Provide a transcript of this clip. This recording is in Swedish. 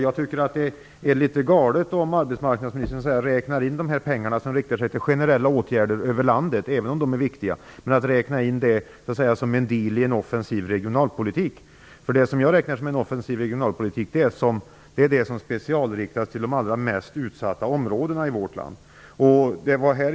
Jag tycker att det är litet galet om arbetsmarknadsministern räknar in de pengar som riktar sig till generella åtgärder över landet som en del i en offensiv regionalpolitik, även om de är viktiga. Det som jag räknar som en offensiv regionalpolitik är det som specialriktas till de allra mest utsatta områdena i vårt land.